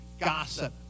gossip